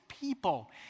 people